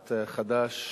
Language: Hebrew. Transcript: סיעת חד"ש,